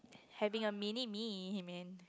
having a mini me you mean